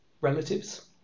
relatives